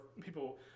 people